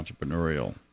entrepreneurial